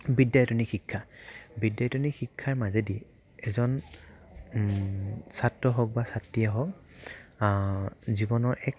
বিদ্যায়তনিক শিক্ষা বিদ্যায়তনিক শিক্ষাৰ মাজেদি এজন ছাত্ৰ হওক বা ছাত্ৰীয়ে হওক জীৱনৰ এক